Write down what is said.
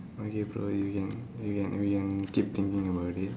okay bro you can you can you can keep thinking about it